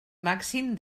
màxim